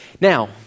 Now